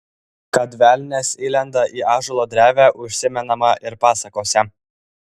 kad velnias įlenda į ąžuolo drevę užsimenama ir pasakose